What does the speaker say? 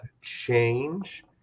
change